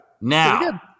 Now